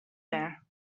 there